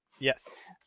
Yes